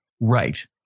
Right